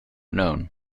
known